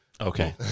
Okay